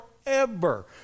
forever